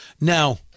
Now